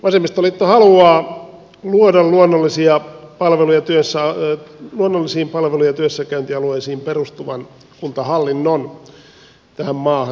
vasemmistoliitto haluaa luoda luonnollisiin palvelu ja työssäkäyntialueisiin perustuvan kuntahallinnon tähän maahan